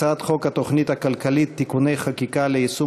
הצעת חוק התוכנית הכלכלית (תיקוני חקיקה ליישום